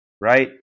right